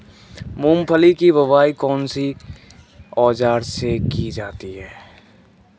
मूंगफली की बुआई कौनसे औज़ार से की जाती है?